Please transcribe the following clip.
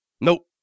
nope